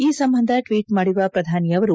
ಈ ಸಂಬಂಧ ಟ್ವೀಚ್ ಮಾಡಿರುವ ಪ್ರಧಾನಿಯವರು